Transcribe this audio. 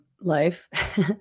life